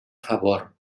favor